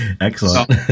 Excellent